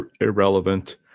irrelevant